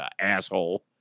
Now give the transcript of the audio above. asshole